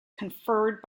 conferred